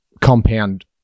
compound